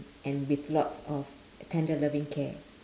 and with lots of tender loving care